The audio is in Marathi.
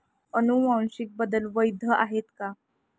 अनुवांशिक बदल वैध आहेत का?